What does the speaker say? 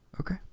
Okay